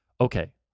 okay